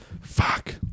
Fuck